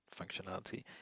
functionality